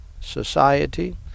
Society